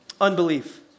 unbelief